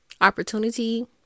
opportunity